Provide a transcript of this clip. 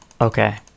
Okay